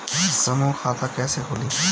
समूह खाता कैसे खुली?